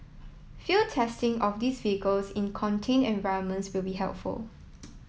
field testing of these vehicles in contained environments will be helpful